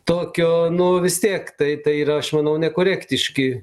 tokio nu vis tiek tai tai yra aš manau nekorektiški